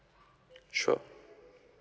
sure